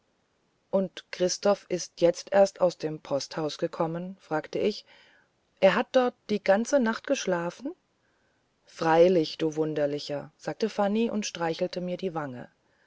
und christoph ist jetzt erst aus dem posthaus gekommen fragte ich hat er dort die ganze nacht geschlafen freilich du wunderlicher sagte fanny und streichelte mir die wange